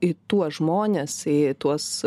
į tuos žmones į tuos